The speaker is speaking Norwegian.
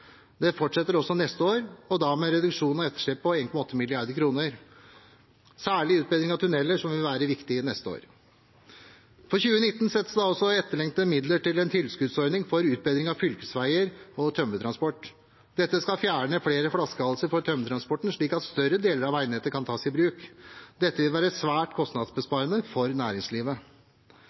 Det fortsetter også neste år, og da med en reduksjon av etterslepet på 1,8 mrd. kr. Særlig vil utbedring av tunneler være viktig neste år. For 2019 settes det også av etterlengtede midler til en tilskuddsordning for utbedring av fylkesveier og tømmertransport – dette for å fjerne flere flaskehalser for tømmertransporten, slik at større deler av veinettet kan tas i bruk. Dette vil være svært kostnadsbesparende for næringslivet.